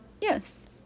yes